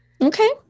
okay